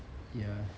ya